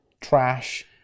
trash